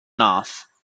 nath